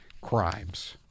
crimes